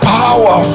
power